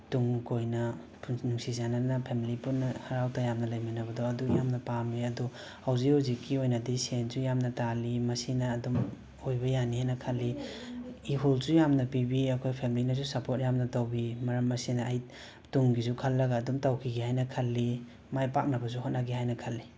ꯇꯨꯡ ꯀꯣꯏꯅ ꯄꯨꯟ ꯅꯨꯡꯁꯤ ꯆꯥꯅꯅ ꯐꯦꯝꯂꯤ ꯄꯨꯟꯅ ꯍꯔꯥꯎ ꯇꯌꯥꯝꯅ ꯂꯩꯃꯤꯟꯅꯕꯗꯣ ꯑꯗꯨ ꯌꯥꯝ ꯄꯥꯝꯃꯤ ꯑꯗꯣ ꯍꯧꯖꯤꯛ ꯍꯧꯖꯤꯛꯀꯤ ꯑꯣꯏꯅꯗꯤ ꯁꯦꯟꯁꯨ ꯌꯥꯝꯅ ꯇꯥꯜꯂꯤ ꯃꯁꯤꯅ ꯑꯗꯨꯝ ꯑꯣꯏꯕ ꯌꯥꯅꯤꯅ ꯈꯜꯂꯤ ꯏꯍꯨꯜꯁꯨ ꯌꯥꯝꯅ ꯄꯤꯕꯤ ꯑꯩꯈꯣꯏ ꯐꯦꯝꯂꯤꯅꯁꯨ ꯁꯄꯣꯔꯠ ꯌꯥꯝꯅ ꯇꯧꯕꯤ ꯃꯔꯝ ꯑꯁꯤꯅ ꯑꯩ ꯇꯨꯡꯒꯤꯁꯨ ꯈꯜꯂꯒ ꯑꯗꯨꯝ ꯇꯧꯈꯤꯒꯦ ꯍꯥꯏꯅ ꯈꯜꯂꯤ ꯃꯥꯏ ꯄꯥꯛꯅꯕꯁꯨ ꯍꯣꯠꯅꯒꯦ ꯍꯥꯏꯅ ꯈꯜꯂꯤ